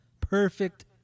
perfect